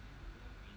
one